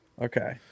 Okay